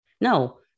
No